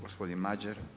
Gospodin Mađer.